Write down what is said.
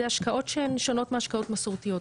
זה השקעות שהן שונות מהשקעות מסורתיות.